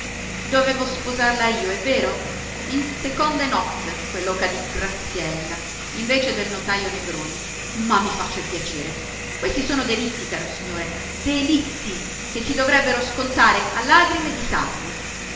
dovevo sposarla io è vero in seconde nozze quell'oca di graziella invece del notajo negroni ma mi faccia il piacere questi sono delitti caro signore delitti che si dovrebbero scontare a lagrime di sangue